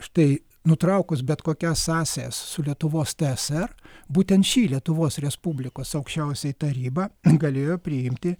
štai nutraukus bet kokias sąsajas su lietuvos tsr būtent ši lietuvos respublikos aukščiausioji taryba galėjo priimti